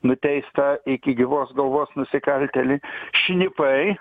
nuteistą iki gyvos galvos nusikaltėlį šnipai